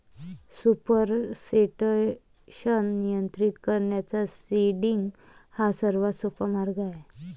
supersaturation नियंत्रित करण्याचा seeding हा सर्वात सोपा मार्ग आहे